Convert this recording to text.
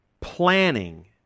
planning